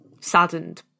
saddened